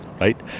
right